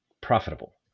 profitable